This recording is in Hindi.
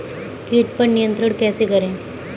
कीट पर नियंत्रण कैसे करें?